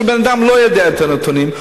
כשבן-אדם לא יודע את הנתונים,